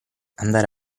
andare